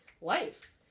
life